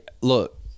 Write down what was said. look